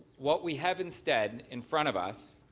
what we have instead in front of us